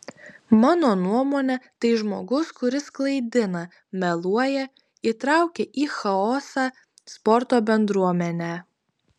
mano nuomone tai žmogus kuris klaidina meluoja įtraukia į chaosą sporto bendruomenę